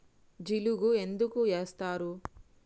జిలుగు ఎందుకు ఏస్తరు?